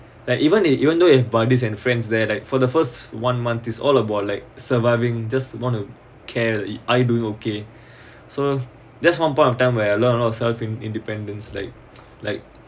like even if even though if buddies and friends there like for the first one month is all about like surviving just want to care are you doing okay so that's one point of time where a lot of self independence like like